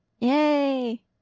yay